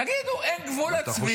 תגידו, אין גבול לצביעות?